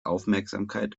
aufmerksamkeit